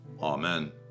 amen